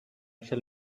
shall